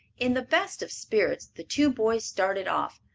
in the best of spirits the two boys started off,